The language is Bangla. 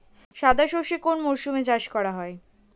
সাদা সর্ষে কোন মরশুমে চাষ করা হয়?